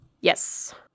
Yes